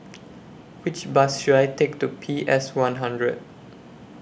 Which Bus should I Take to P S one hundred